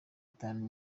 itanu